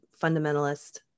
fundamentalist